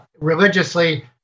religiously